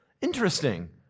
interesting